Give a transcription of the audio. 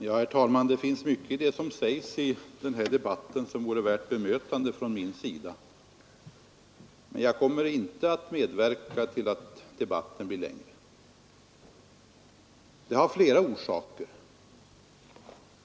Herr talman! Av det som sägs i denna debatt finns mycket som vore värt bemötande från min sida, men jag kommer inte att medverka till att debatten blir längre. Det har flera orsaker.